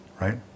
right